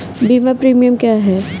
बीमा प्रीमियम क्या है?